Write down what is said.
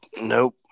Nope